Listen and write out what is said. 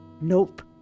Nope